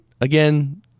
again